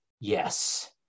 yes